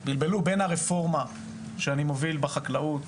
הם בלבלו בין רפורמה שאני מוביל בחקלאות,